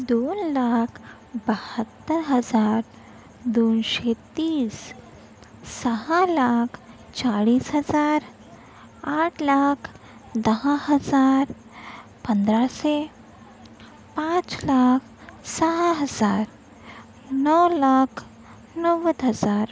दोन लाख बहात्तर हजार दोनशे तीस सहा लाख चाळीस हजार आठ लाख दहा हजार पंधराशे पाच लाख सहा हजार नऊ लाख नव्वद हजार